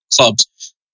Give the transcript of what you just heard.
clubs